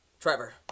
Trevor